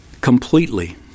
Completely